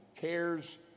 cares